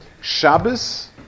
Shabbos